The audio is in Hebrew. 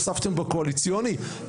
הוספתם בקואליציוני?